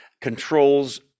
controls